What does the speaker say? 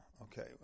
okay